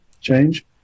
change